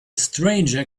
stranger